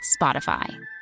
Spotify